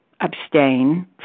abstain